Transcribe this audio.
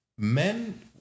Men